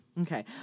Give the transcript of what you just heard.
Okay